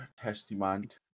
Testament